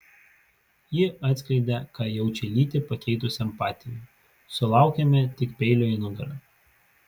ji atskleidė ką jaučia lytį pakeitusiam patėviui sulaukėme tik peilio į nugarą